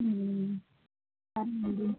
సరే అండి